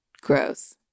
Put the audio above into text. Gross